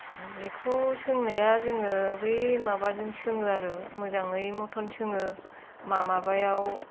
जिखौ सोंनाया जोङो बै माबाजों सोङो आरो मोजाङै मथन सोङो मा माबायाव